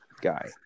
guy